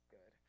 good